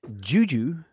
Juju